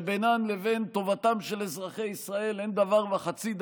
שבינן לבין טובתם של אזרחי ישראל אין דבר וחצי דבר,